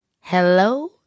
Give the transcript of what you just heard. Hello